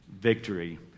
victory